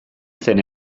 zen